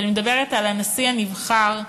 ואני מדברת על הנשיא הנבחר,